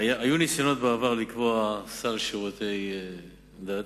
היו ניסיונות בעבר לקבוע סל שירותי דת.